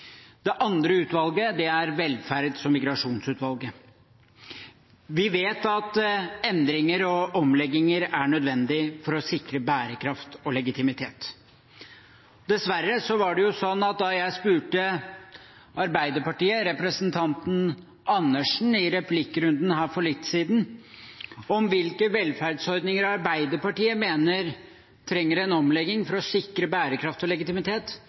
Det andre utvalget er Velferds- og migrasjonsutvalget. Vi vet at endringer og omlegginger er nødvendig for å sikre bærekraft og legitimitet. Dessverre var det sånn at da jeg spurte Arbeiderpartiet, ved representanten Dag Terje Andersen, i en replikkrunde for litt siden om hvilke velferdsordninger Arbeiderpartiet mener trenger en omlegging for å sikre bærekraft og legitimitet,